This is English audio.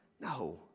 No